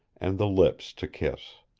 and the lips to kiss.